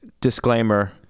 Disclaimer